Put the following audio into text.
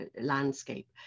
landscape